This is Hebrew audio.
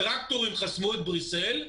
טרקטורים חסמו את בריסל,